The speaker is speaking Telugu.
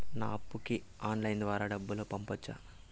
నా అప్పుకి ఆన్లైన్ ద్వారా డబ్బును పంపొచ్చా